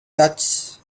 duchess